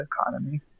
economy